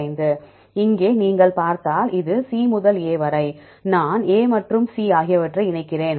5 இங்கே நீங்கள் பார்த்தால் இது C முதல் A வரை நான் A மற்றும் C ஆகியவற்றை இணைக்கிறேன்